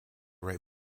write